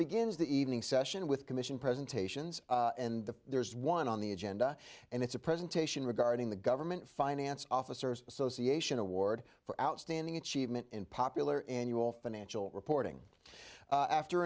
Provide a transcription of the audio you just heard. begins the evening session with commission presentations and the there is one on the agenda and it's a presentation regarding the government finance officers association award for outstanding achievement in popular annual financial reporting after